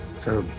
sir.